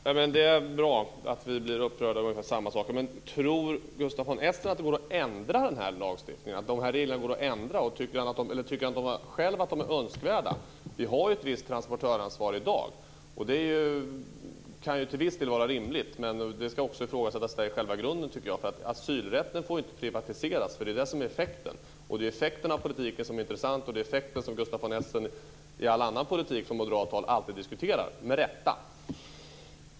Fru talman! Det är bra att vi blir upprörda över samma saker. Men tror Gustaf von Essen att det går att ändra dessa regler? Tycker han själv att de är önskvärda? Det finns ett visst transportörsansvar i dag, och det kan till viss del vara rimligt. Men själva grunden bör ifrågasättas, tycker jag. Asylrätten får inte privatiseras, men det är det som blir effekten. Det är effekterna av politiken som är intressanta och det är dessa som Gustaf von Essen i all annan politik från Moderaterna alltid med rätta diskuterar.